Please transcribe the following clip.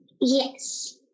Yes